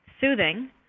soothing